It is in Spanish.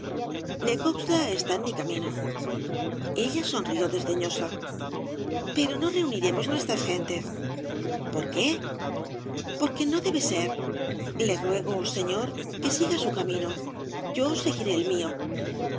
e cocha está en mi camino ella sonrió desdeñosa pero no reuniremos nuestras gentes por qué porque no debe ser le ruego señor que siga su camino yo seguiré el mío